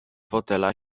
fotela